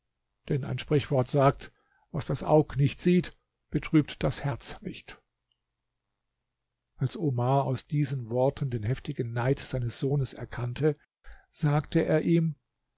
denn ein sprichwort sagt was das aug nicht sieht betrübt das herz nicht als omar aus diesen worten den heftigen neid seines sohnes erkannte sagte er ihm